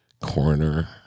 Corner